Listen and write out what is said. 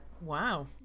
wow